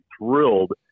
thrilled